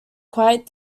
quite